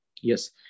Yes